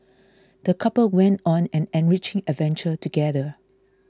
the couple went on an enriching adventure together